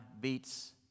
beats